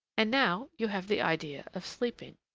and now you have the idea of sleeping.